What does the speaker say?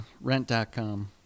rent.com